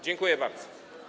Dziękuję bardzo.